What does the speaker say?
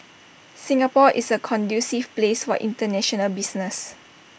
Singapore is A conducive place for International business